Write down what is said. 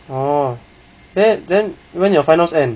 orh then when when your final end